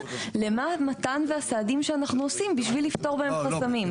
למה המתן והסעדים שאנחנו עושים בשביל לפתור בהם חסמים.